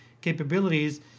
capabilities